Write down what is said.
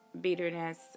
bitterness